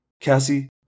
Cassie